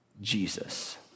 Jesus